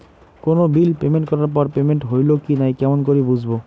কোনো bill payment করার পর পেমেন্ট হইল কি নাই কেমন করি বুঝবো?